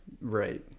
Right